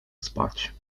spać